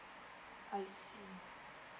I see